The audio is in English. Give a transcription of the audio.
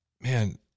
Man